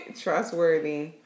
Trustworthy